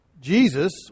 Jesus